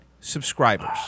subscribers